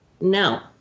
Now